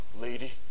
lady